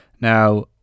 Now